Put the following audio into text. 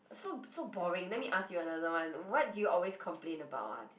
so so boring let me ask you another one what do you always complain about ah